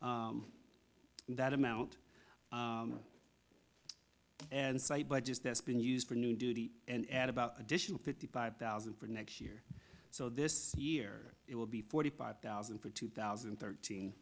that amount and site by just that's been used for new duty and add about additional fifty five thousand for next year so this year it will be forty five thousand for two thousand and thirteen